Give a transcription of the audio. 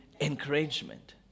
encouragement